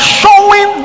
showing